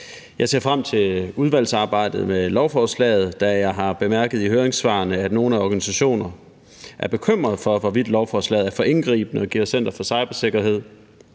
Jeg ser frem til udvalgsarbejdet med lovforslaget, da jeg har bemærket i høringssvarene, at nogle organisationer er bekymrede for, hvorvidt lovforslaget er for indgribende og giver Center for Cybersikkerhed